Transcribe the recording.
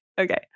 okay